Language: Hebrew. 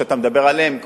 הדברים שאתה מדבר עליהם,